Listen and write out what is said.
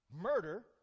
murder